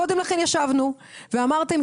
קודם לכן ישבנו ואמרתם,